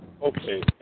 Okay